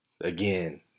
again